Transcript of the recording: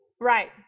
Right